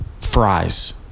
Fries